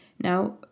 Now